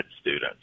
students